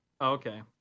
Okay